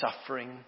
suffering